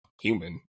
human